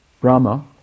Brahma